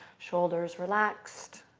shoulders relaxed,